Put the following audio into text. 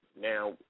Now